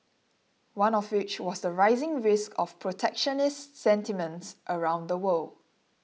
one of which was the rising risk of protectionist sentiments around the world